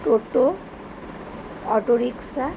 toto auto rickshaw